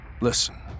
Listen